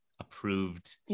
approved